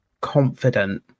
confident